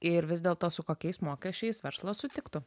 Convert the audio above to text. ir vis dėlto su kokiais mokesčiais verslas sutiktų